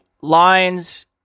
lines